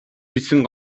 хэлсэн